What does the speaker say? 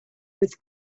with